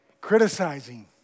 Criticizing